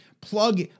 plug